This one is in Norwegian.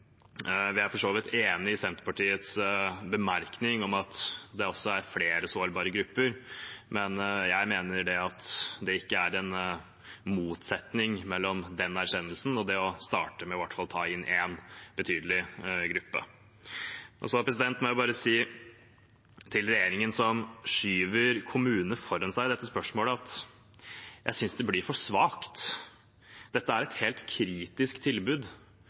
Vi er for så vidt enig i Senterpartiets bemerkning om at det er flere sårbare grupper, men jeg mener at det ikke er en motsetning mellom den erkjennelsen og det å starte med i hvert fall å ta inn én betydelig gruppe. Jeg må bare si til regjeringen, som skyver kommunene foran seg i dette spørsmålet, at jeg synes det blir for svakt. Dette er et helt kritisk tilbud.